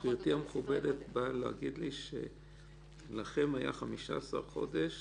גברתי המכובדת באה להגיד לי שהיו לכם 15 חודשים